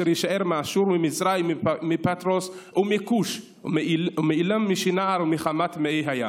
יִשאר מאשור וממצרים ומפתרוס ומכוש ומעילם ומשנער ומחֲמָת ומאיי הים.